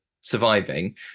surviving